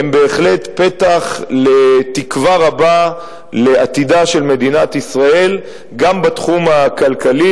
הם בהחלט פתח לתקווה רבה לעתידה של מדינת ישראל גם בתחום הכלכלי,